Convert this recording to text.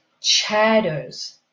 chatters